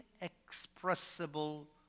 inexpressible